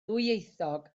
ddwyieithog